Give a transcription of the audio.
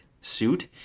suit